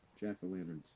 jack-o'-lanterns